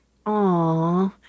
Aw